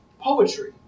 Poetry